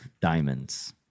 diamonds